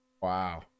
Wow